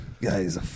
guys